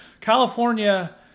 California